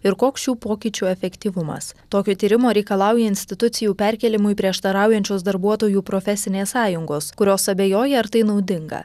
ir koks šių pokyčių efektyvumas tokio tyrimo reikalauja institucijų perkėlimui prieštaraujančios darbuotojų profesinės sąjungos kurios abejoja ar tai naudinga